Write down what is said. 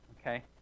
okay